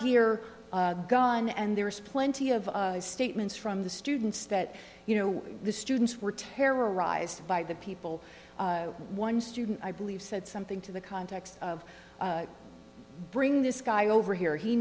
gear gone and there was plenty of statements from the students that you know the students were terrorized by the people one student i believe said something to the context of bring this guy over here he